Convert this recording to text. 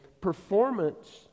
performance